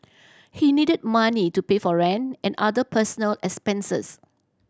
he needed money to pay for rent and other personal expenses